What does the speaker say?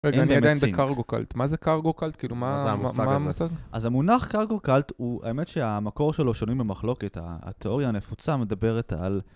רגע אני עדיין בקארגו קלט, מה זה קארגו קלט? כאילו, מה המושג הזה? אז המונח קארגו קלט הוא, האמת שהמקור שלו שנוי במחלוקת, התיאוריה הנפוצה מדברת על...